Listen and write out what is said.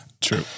True